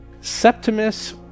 Septimus